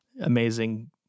amazing